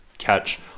catch